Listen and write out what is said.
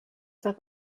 that